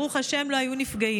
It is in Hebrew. ברוך השם לא היו נפגעים.